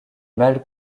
mal